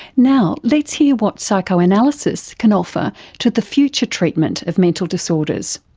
now let's hear what psychoanalysis can offer to the future treatment of mental disorders.